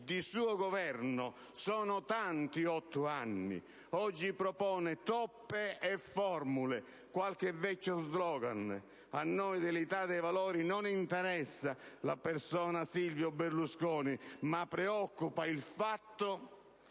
di suo governo? Sono tanti, otto anni. Oggi propone toppe e formule, qualche vecchio *slogan*. A noi dell'Italia dei Valori non interessa la persona Silvio Berlusconi, ma preoccupa il fatto